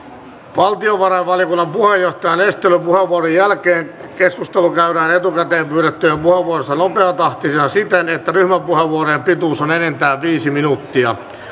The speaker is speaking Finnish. valtiovarainvaliokunnan puheenjohtajan esittelypuheenvuoron jälkeen keskustelu käydään etukäteen pyydettyjen puheenvuorojen osalta nopeatahtisena siten että ryhmäpuheenvuorojen pituus on enintään viisi minuuttia